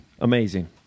Amazing